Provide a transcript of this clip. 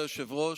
כבוד היושב-ראש,